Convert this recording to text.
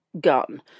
gun